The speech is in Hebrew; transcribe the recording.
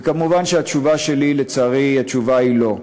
ומובן שהתשובה שלי, לצערי, היא לא.